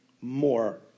more